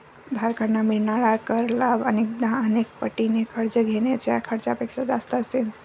धारकांना मिळणारा कर लाभ अनेकदा अनेक पटीने कर्ज घेण्याच्या खर्चापेक्षा जास्त असेल